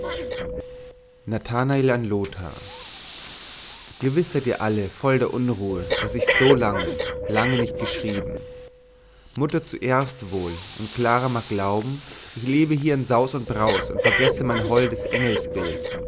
nathanael an lothar gewiß seid ihr alle voll unruhe daß ich so lange lange nicht geschrieben mutter zürnt wohl und clara mag glauben ich lebe hier in saus und braus und vergesse mein holdes